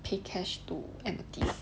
pay cash to entities